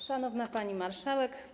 Szanowna Pani Marszałek!